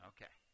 Okay